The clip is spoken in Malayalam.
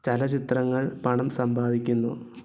ചലച്ചിത്രങ്ങൾ പണം സമ്പാദിക്കുന്നു